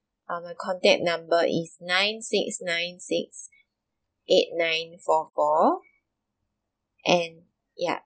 uh my contact number is nine six nine six eight nine four four and ya